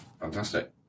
Fantastic